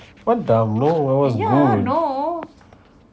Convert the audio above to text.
what dumb no it was rude